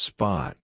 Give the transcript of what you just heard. Spot